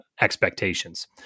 expectations